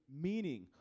meaning